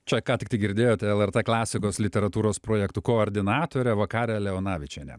čia ką tiktai girdėjote lrt klasikos literatūros projektų koordinatorę vakarę leonavičienę